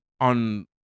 on